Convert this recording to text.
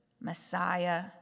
Messiah